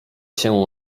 się